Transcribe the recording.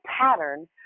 pattern